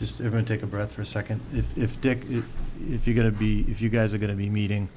just even take a breath for a second if if dick if you're going to be if you guys are going to be meeting